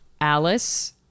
Alice